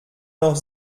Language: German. noch